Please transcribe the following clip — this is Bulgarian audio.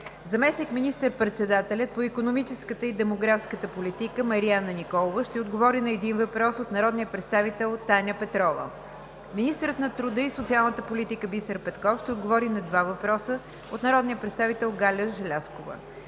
заместник министър-председателят по икономическата и демографската политика Мариана Николова ще отговори на един въпрос от народния представител Таня Петрова; - министърът на труда и социалната политика Бисер Петков ще отговори на два въпроса от народния представител Галя Желязкова;